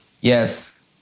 Yes